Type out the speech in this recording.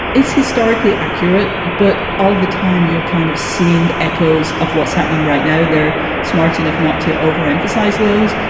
it's historically accurate, but all the time you're kind of seeing echoes of what's happening right now. they're smart enough not to overemphasize those.